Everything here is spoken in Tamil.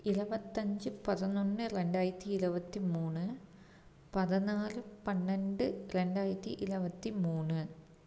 இரபத்தஞ்சி பதினொன்னு ரெண்டாயிரத்தி இரபத்தி மூணு பதினாலு பன்னெண்டு ரெண்டாயிரத்தி இரபத்தி மூணு